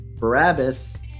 Barabbas